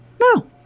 No